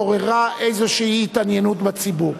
אשר לא עוררה איזו התעניינות בציבור.